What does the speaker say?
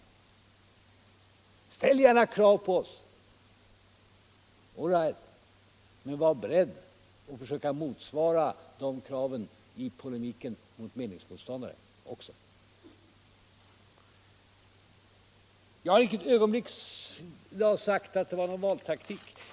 Allright, ställ gärna krav på oss, men var beredd att försöka motsvara de kraven i polemiken med meningsmotståndare också. Jag har inte för ett ögonblick talat om valtaktik från herr Fälldins sida.